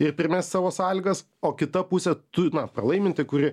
ir primest savo sąlygas o kita pusė na pralaiminti kuri